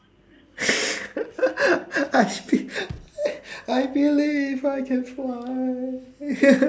I be~ I I believe I can fly